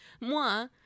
moi